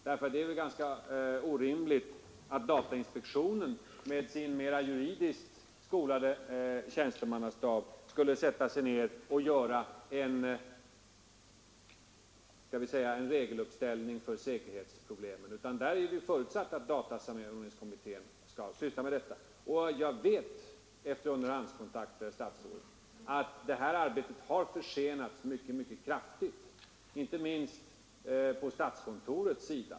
Det är ju ganska orimligt att datainspektionen med sin mera juridiskt skolade tjänstemannastab skall sätta sig ned och göra en regeluppställning för säkerhetsproblemen. Det är förutsatt att datasamordningskommittén, DASK, skall syssla med den saken. Och efter underhandskontakter vet jag, herr statsråd, att detta arbete har försenats mycket kraftigt, inte minst i statskontoret.